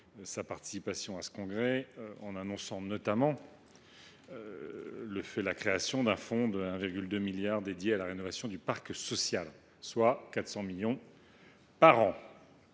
sa participation au 83 congrès HLM en annonçant notamment la création d’un fonds de 1,2 milliard d’euros pour la rénovation du parc social, soit 400 millions d’euros